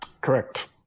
Correct